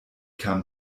kam